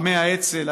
לוחמי האצ"ל,